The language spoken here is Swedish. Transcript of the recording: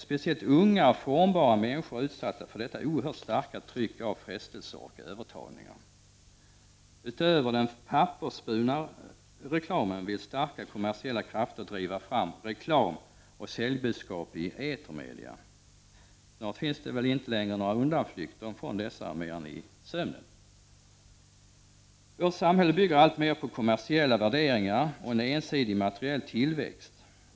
Speciellt unga och formbara människor är utsatta för detta oerhört starka tryck av frestelser och övertalningar. Starka kommersiella krafter utöver den pappersburna reklamen vill driva fram reklam och säljbudskap i etermedia. Snart finns det inte längre några andra möjligheter att fly undan dessa än i sömnen. Vårt samhälle bygger alltmer på kommersiella värderingar och en ensidig materiell tillväxt.